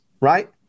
right